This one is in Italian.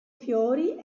fiori